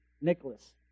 Nicholas